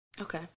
Okay